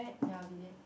ya I'll be late